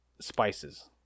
spices